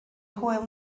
hwyl